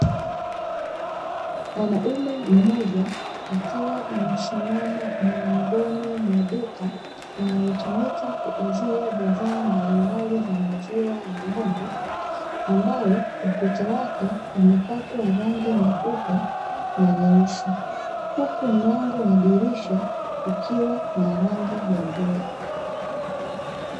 Mwanaume mmoja akiwa amesimama mlangoni mwa duka, linalotumika kuuzia bidhaa mbalimbali za maziwa ya ng'ombe; ambalo ukuta wake umepakwa rangi nyeupe na nyeusi, huku mlango na dirisha vikiwa na rangi ya bluu.